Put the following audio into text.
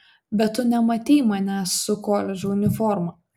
bet tu nematei manęs su koledžo uniforma